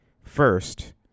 first